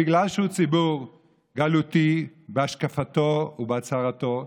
בגלל שהוא ציבור גלותי בהשקפתו ובהצהרתו,